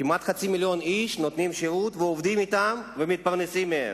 כמעט חצי מיליון איש נותנים שירות ועובדים אתם ומתפרנסים מהם,